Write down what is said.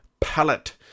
Palette